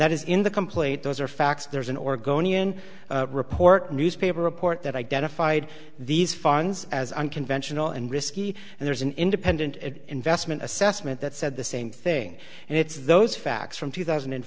that is in the complaint those are facts there's an oregonian report newspaper report that identified these funds as unconventional and risky and there's an independent investment assessment that said the same thing and it's those facts from two thousand and